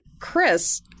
Chris